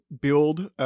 build